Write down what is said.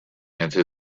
into